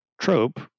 trope